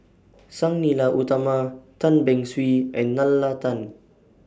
Sang Nila Utama Tan Beng Swee and Nalla Tan